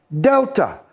Delta